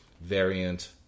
variant